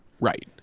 Right